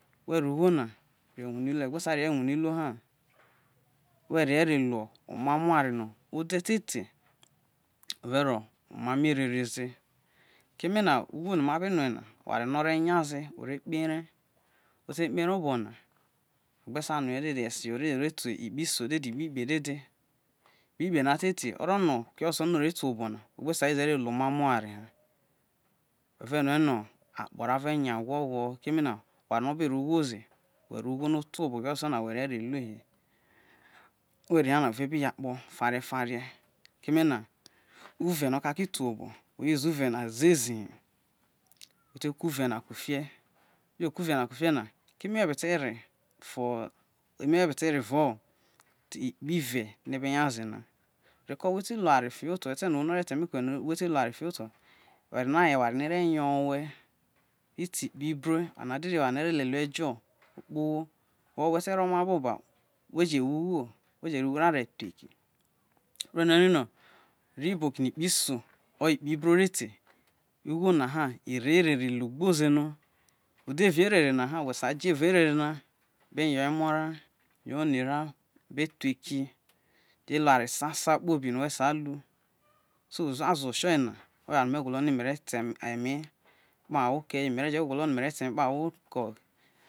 we ro ugho na ro wu ne iruo we gbe sai re ye ro wane iluo ha we re ye ro hio oma mo̱ oware no ode te te overo emamo̱ erere̱ ze, keme ugho no mare rue̱ na yo oware no o re kpe ere̱ ote kpo ere obona ma gbesa rue ye dede he ese jo ha ore sa te ese jo ha ore sa te ikpe iso hayo ikpe dede, ikpe ikpe na te te orono oke ososuo no ro̱ te owe obo na we gbe sa re ye ro lu oma mo oware ha we re me̱ no̱ akpo ra ve nya gwogwo keme no oware no obe ro ugho ze ore ogho no oto owe oke sosuo na we re ne ye ro lue ne we be ri ye na we ve bi yo keme na uve no oka ke te owhe obo we uzu uve na gwoho gwoho̱ we te kuo uve na ku fie. Wa ikpe ibro ri te igho na ho ero erie re logbo ze no uderi erere be yo emo ra be yo oni ra be thuo eki bi hio eware sasa no were ta lu so uzuazo utioye na oye oware no me gwolo no me kie ta eme kpahe evo oke me̱re̱ gwolo no mere te eme kpa ho awo ko